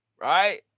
right